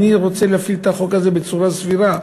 אני רוצה להפעיל את החוק הזה בצורה סבירה.